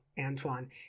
Antoine